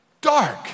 dark